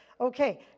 okay